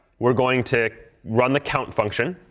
we're going to run the count function.